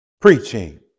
Preaching